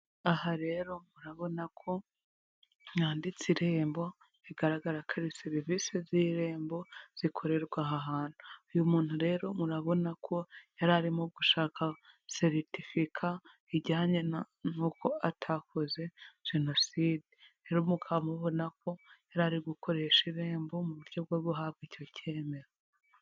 Aha rero murabona ko handitse Irembo, bigaragara ko ari serivisi z'Irembo zikorerwa aha hantu, uyu muntu rero murabona ko yari arimo gushaka seritifika ijyanye n'uko atakoze jenoside, rero mukaba mubona ko yari ari gukoresha Irembo mu buryo bwo guhabwa icyo cyemezo.